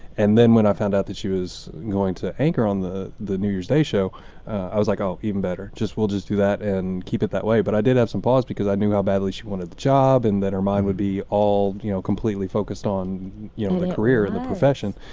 and then when i found out that she was going to anchor on the the new year's day show i was like oh even better just we'll just do that and keep it that way. but i did have some pause because i knew how badly she wanted the job and that her mind would be all you know completely focused on you know the career and the profession.